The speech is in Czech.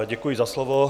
Děkuji za slovo.